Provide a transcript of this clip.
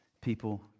people